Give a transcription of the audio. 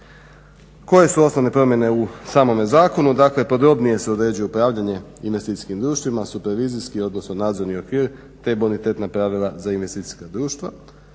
Koje su osnovne promjene u samome zakonu? dakle podrobnije se određuju pravdanje investicijskim društvima, supervizijski odnosno nadzorni okvir te bonitetna pravila za investicijska društva.